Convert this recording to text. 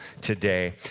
today